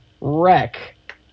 wreck